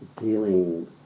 dealing